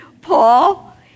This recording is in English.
Paul